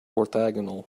orthogonal